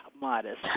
modest